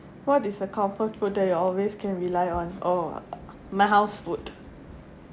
what is the comfort food that you always can rely on oh my house food